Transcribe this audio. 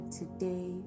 today